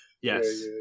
yes